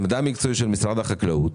עמדה מקצועית של משרד החקלאות,